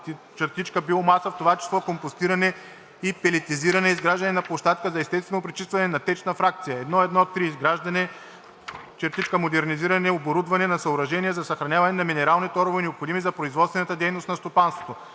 отпадък/биомаса, в това число компостиране и пелетизиране; изграждане на площадка за естествено пречистване на течната фракция. 1.1.3. Изграждане/модернизиране/оборудване на съоръжения за съхраняване на минерални торове, необходими за производствената дейност на стопанството.